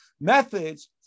methods